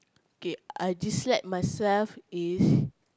okay I just let myself is